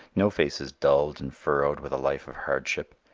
no faces dulled and furrowed with a life of hardship.